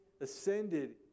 ascended